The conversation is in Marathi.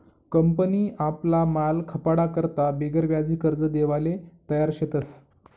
कंपनी आपला माल खपाडा करता बिगरव्याजी कर्ज देवाले तयार शेतस